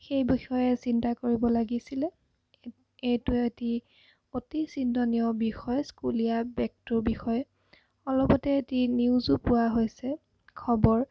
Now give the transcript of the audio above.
সেই বিষয়ে চিন্তা কৰিব লাগিছিলে এ এইটো এটি অতি চিন্তনীয় বিষয় স্কুলীয়া বেগটোৰ বিষয় অলপতে এটি নিউজো পোৱা হৈছে খবৰ